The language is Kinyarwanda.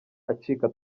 acika